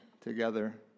together